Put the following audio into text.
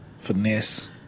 finesse